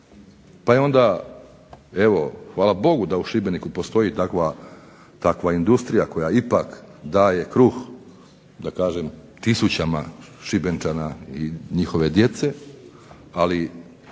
pa je onda evo hvala Bogu da u Šibeniku postoji takva industrija koja ipak daje kruh da kažem tisućama Šibenčana i njihove djece, ali